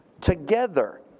together